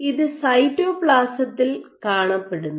ഇത് സൈറ്റോപ്ലാസത്തിൽ കാണപ്പെടുന്നു